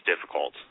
difficult